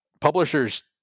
Publishers